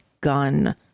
gun